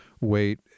wait